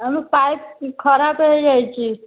ଆମ ପାଇପ୍ ଖରାପ ହେଇଯାଇଛି